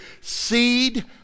seed